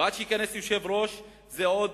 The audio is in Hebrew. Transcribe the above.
ועד שייכנס ראש הרשות זה עוד